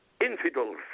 infidels